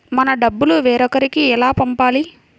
మన డబ్బులు వేరొకరికి ఎలా పంపాలి?